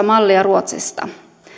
mallia ruotsista